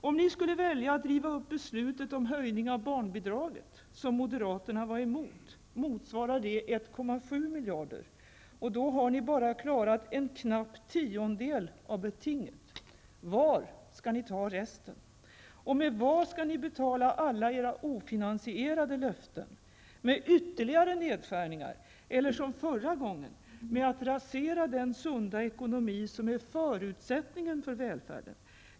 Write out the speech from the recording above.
Om ni skulle välja att riva upp beslutet om höjning av barnbidraget, som moderaterna var emot, motsvarar det 1,7 miljarder. Då har ni klarat bara en knapp tiondel av betinget. Var skall ni ta resten? Med vad skall ni betala alla era ofinansierade löften? Med ytterligare nedskärningar eller -- som förra gången -- med att rasera den sunda ekonomi som är förutsättningen för välfärden?